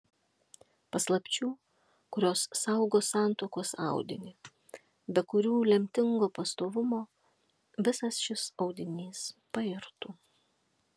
paslapčių kurios saugo santuokos audinį be kurių lemtingo pastovumo visas šis audinys pairtų